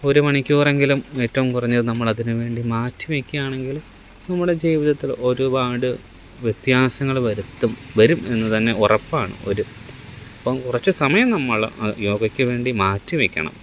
ഒരു മണിക്കൂറെങ്കിലും ഏറ്റവും കുറഞ്ഞത് നമ്മൾ അതിന് വേണ്ടി മാറ്റി വയ്ക്കാനാണെങ്കിൽ നമ്മുടെ ജീവിതത്തില് ഒരുപാട് വ്യത്യാസങ്ങൾ വരുത്തും വരും എന്ന് തന്നെ ഉറപ്പാണ് ഒരു അപ്പം കുറച്ച് സമയം നമ്മൾ അത് യോഗയ്ക്ക് വേണ്ടി മാറ്റി വയ്ക്കണം